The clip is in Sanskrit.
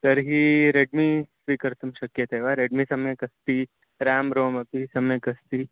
तर्हि रेड्मि स्वीकर्तुं शक्यते वा रेड्मि सम्यक् अस्ति रां रोम् अपि सम्यक् अस्ति